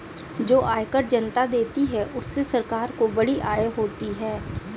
जो आयकर जनता देती है उससे सरकार को बड़ी आय होती है